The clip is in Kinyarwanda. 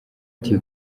ati